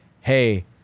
Hey